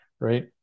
right